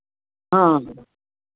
हँ